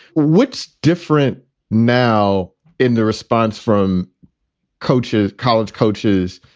what's different now in the response from coaches, college coaches,